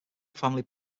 family